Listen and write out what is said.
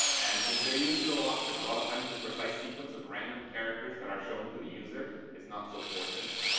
and since they're used so often, a lot of times the precise sequence of random characters that are shown to the user is not so fortunate.